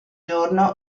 giorno